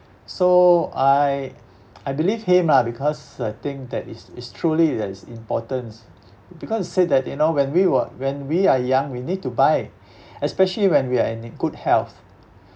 so I I believe him lah because I think that it's it's truly that it's important because he said that you know when we were when we are young we need to buy especially when we are in a good health